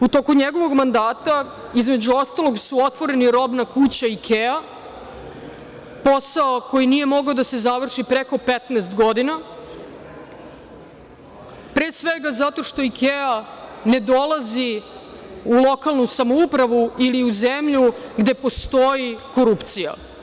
U toku njegovog mandata, između ostalog, su otvoreni robna kuća „Ikea“, posao koji nije mogao da se završi preko 15 godina, pre svega zato što „Ikea“ ne dolazi u lokalnu samoupravu ili u zemlju gde postoji korupcija.